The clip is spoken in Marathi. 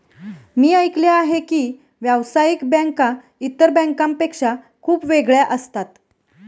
मी ऐकले आहे की व्यावसायिक बँका इतर बँकांपेक्षा खूप वेगळ्या असतात